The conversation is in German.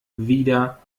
wieder